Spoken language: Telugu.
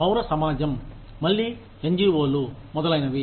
పౌర సమాజం మళ్లీ యన్జీవోలు మొదలైనవి